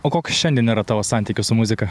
o koks šiandien yra tavo santykis su muzika